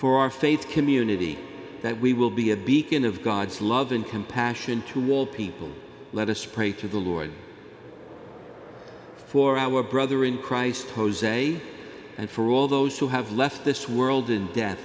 for our faith community that we will be a beacon of god's love and compassion to wall people let us pray to the lord for our brother in christ jose and for all those who have left this world in death that